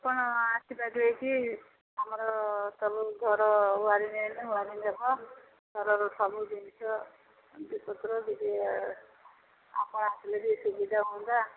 ଆପଣ ଆସିପାରିବେକି ଆମର ସବୁ ଘର ୱାରିଙ୍ଗ୍ ହୋଇନି ଘରର ସବୁ ଜିନିଷ ଆପଣ ଆସିଲେ ଟିକେ ସୁବିଧା ହୁଅନ୍ତା